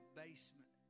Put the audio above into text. basement